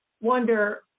wonder